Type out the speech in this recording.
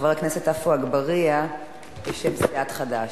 חבר הכנסת עפו אגבאריה בשם סיעת חד"ש.